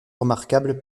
remarquable